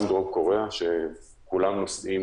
גם דרום קוריאה שכולם נושאים